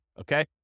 okay